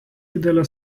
didelę